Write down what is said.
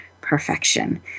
perfection